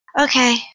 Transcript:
Okay